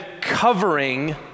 covering